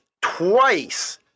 twice